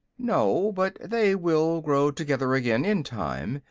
no but they will grow together again, in time,